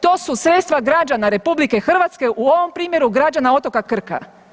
To su sredstva građana RH u ovom primjeru građana otoka Krka.